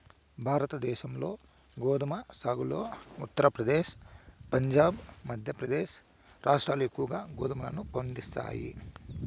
భారతదేశంలో గోధుమ సాగులో ఉత్తరప్రదేశ్, పంజాబ్, మధ్యప్రదేశ్ రాష్ట్రాలు ఎక్కువగా గోధుమలను పండిస్తాయి